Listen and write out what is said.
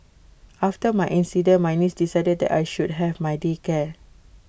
after my incident my niece decided that I should have my day care